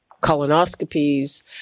colonoscopies